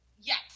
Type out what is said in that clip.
Yes